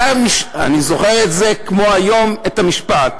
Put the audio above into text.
אני זוכר את זה כמו היום, את המשפט.